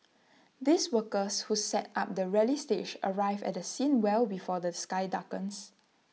these workers who set up the rally stage arrive at the scene well before the sky darkens